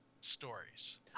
stories